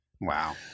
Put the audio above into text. Wow